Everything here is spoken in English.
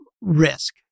risk